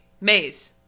maze